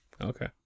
Okay